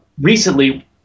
recently